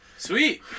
Sweet